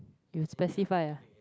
you specify ah